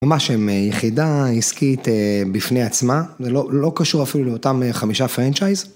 ממש הם יחידה עסקית בפני עצמה, זה לא קשור אפילו לאותם חמישה פרנצ'ייז.